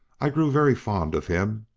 i grew very fond of him,